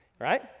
right